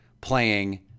playing